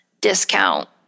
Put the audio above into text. discount